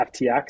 FTX